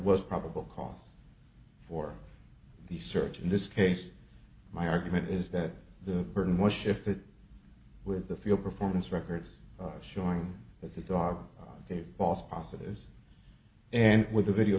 was probable cause for the search in this case my argument is that the burden was shifted with the field performance records showing that the dog gave false positives and with the video